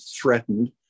threatened